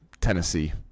Tennessee